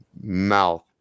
mouth